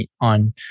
on